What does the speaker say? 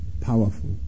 Powerful